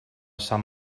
sant